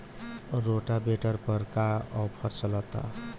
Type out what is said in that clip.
Rotavator पर का offer चलता?